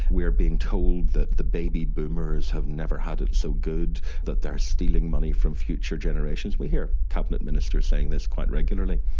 we're being told that the baby boomers have never had it so good, that they are stealing money from future generations. we hear cabinet ministers saying this quite regularly.